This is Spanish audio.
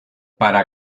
para